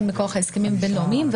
הן מכוח ההסכמים הבין-לאומיים,